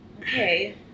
Okay